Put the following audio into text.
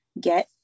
get